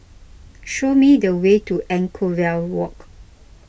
show me the way to Anchorvale Walk